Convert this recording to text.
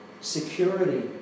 security